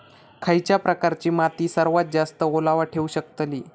खयच्या प्रकारची माती सर्वात जास्त ओलावा ठेवू शकतली?